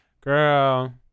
Girl